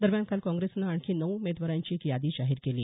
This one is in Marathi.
दरम्यान काल काँग्रेसनं आणखी नऊ उमेदवारांची एक यादी जाहीर केली